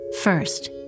First